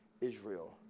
Israel